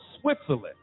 Switzerland